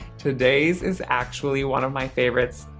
today's is actually one of my favorites.